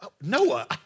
Noah